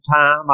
time